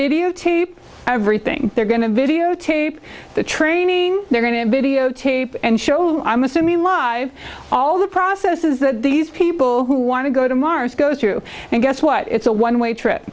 to tape everything they're going to videotape the training they're going to have videotape and shows i'm assuming live all the process is that these people who want to go to mars goes through and guess what it's a one way trip